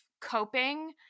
coping